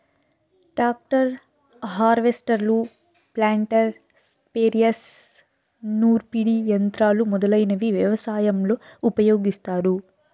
tractor, హార్వెస్టర్లు, planter, sprayers, నూర్పిడి యంత్రాలు మొదలైనవి వ్యవసాయంలో ఉపయోగిస్తారు